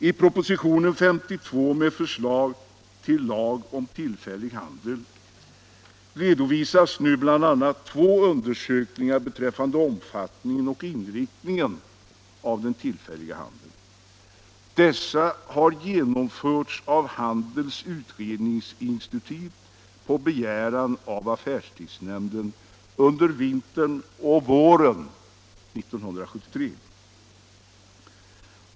I propositionen 52 med förslag till lag om tillfällig handel redovisas nu bl.a. två undersökningar beträffande omfattningen och inriktningen av den tillfälliga handeln. Dessa undersökningar har genomförts av Handelns utredningsinstitut under vintern och våren 1973 på begäran av affärstidsnämnden.